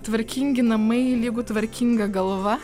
tvarkingi namai lygu tvarkinga galva